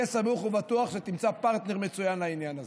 היה סמוך ובטוח שתמצא פרטנר מצוין לעניין הזה.